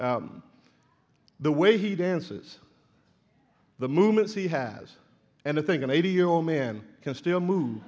u the way he dances the movements he has and i think an eighty year old man can still move